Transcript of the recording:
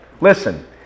Listen